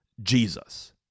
Jesus